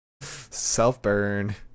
Self-burn